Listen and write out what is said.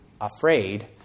afraid